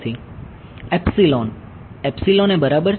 epsilon એ બરાબર છે